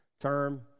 term